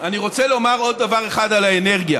אני רוצה לומר עוד דבר אחד על האנרגיה: